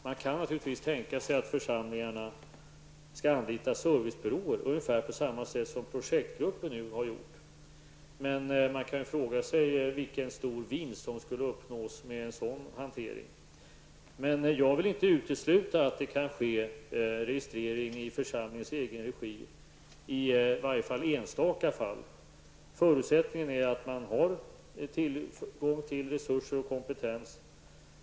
Man kan naturligtvis tänka sig att församlingarna skall anlita servicebyråer, ungefär på samma sätt som projektgruppen nu har gjort, men man kan fråga sig om man skulle uppnå någon stor vinst med en sådan hantering. Jag vill dock inte utesluta att det kan ske registrering i församlingens egen regi i enstaka fall. Förutsättningen är att man har tillgång till resurser och kompetens.